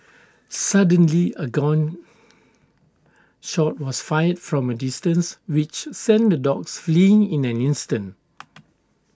suddenly A gun shot was fired from A distance which sent the dogs fleeing in an instant